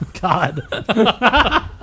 God